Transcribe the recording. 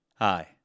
Hi